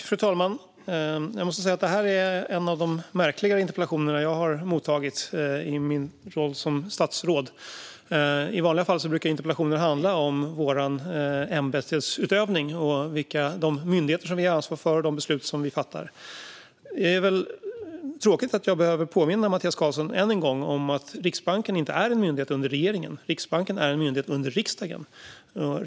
Fru talman! Jag måste säga att detta är en av de märkligare interpellationer jag har mottagit i min roll som statsråd. I vanliga fall brukar interpellationer handla om vår ämbetsutövning, de myndigheter vi ansvarar för och de beslut vi fattar. Det är tråkigt att jag än en gång behöver påminna Mattias Karlsson om att Riksbanken inte är en myndighet under regeringen, utan under riksdagen.